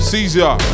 Caesar